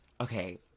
okay